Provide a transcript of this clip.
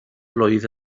blwydd